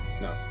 No